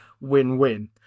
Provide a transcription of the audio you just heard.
Win-win